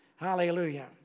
Hallelujah